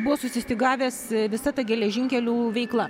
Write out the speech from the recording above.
buvo susistygavęs visa ta geležinkelių veikla